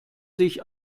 sich